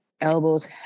elbows